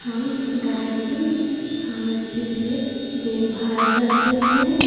हम गाय की हम अच्छे से देखभाल करते हैं